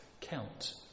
count